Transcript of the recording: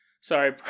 Sorry